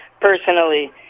personally